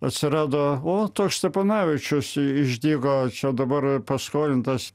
atsirado o toks steponavičius išdygo čia dabar paskolintas